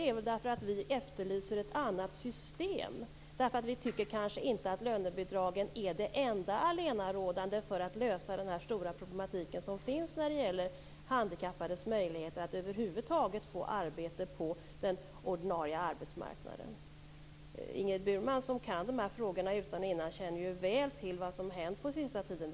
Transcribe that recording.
Det är väl för att vi efterlyser ett annat system, vi tycker kanske inte att lönebidragen är det enda allenarådande för att lösa problemen när det gäller handikappades möjligheter att över huvud taget få arbete på den ordinarie arbetsmarknaden. Ingrid Burman som kan dessa frågor utan och innan känner väl till vad som har hänt på sista tiden.